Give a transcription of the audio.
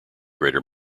greater